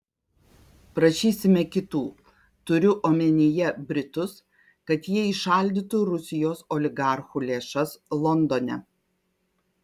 prašysime kitų turiu omenyje britus kad jie įšaldytų rusijos oligarchų lėšas londone